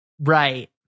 Right